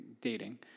Dating